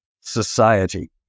society